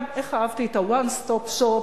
איך אהבתי את ה-One Stop Shop,